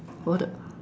what